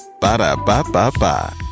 Ba-da-ba-ba-ba